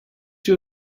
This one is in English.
you